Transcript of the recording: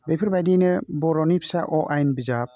बेफोर बायदिनो बर'नि फिसा अ आयेन बिजाब